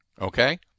Okay